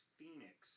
Phoenix